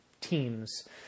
teams